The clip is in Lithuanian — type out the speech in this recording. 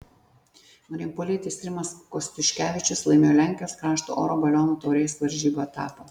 marijampolietis rimas kostiuškevičius laimėjo lenkijos karšto oro balionų taurės varžybų etapą